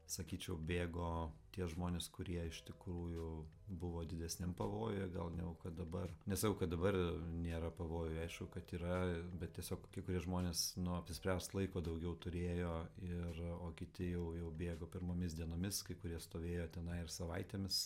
sakyčiau bėgo tie žmonės kurie iš tikrųjų buvo didesniam pavojuje gal negu kad dabar nesakau kad dabar nėra pavojuj aišku kad yra bet tiesiog kai kurie žmonės apsispręst laiko daugiau turėjo ir o kiti jau jau bėgo pirmomis dienomis kai kurie stovėjo tenai ir savaitėmis